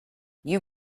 you